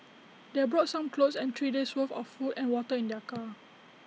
they brought some clothes and three days' worth of food and water in their car